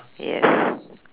yes